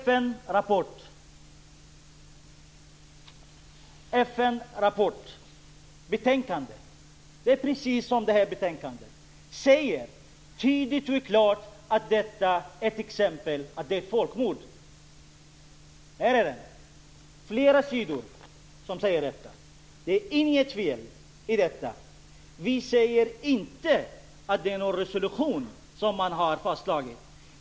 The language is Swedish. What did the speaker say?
FN:s rapport är precis som det här betänkandet. Den säger tydligt och klart att detta är ett exempel på folkmord. Jag håller rapporten här i min hand. Det är flera sidor som säger detta. Det är inget fel i det. Vi säger inte att det är en resolution som har fastslagits.